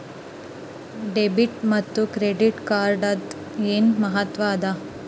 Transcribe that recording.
Debit ಮತ್ತ credit ಕಾರ್ಡದ್ ಏನ್ ಮಹತ್ವ ಅದ?